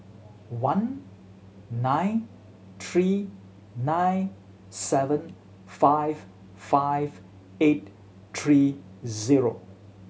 one nine three nine seven five five eight three zero